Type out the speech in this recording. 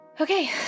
Okay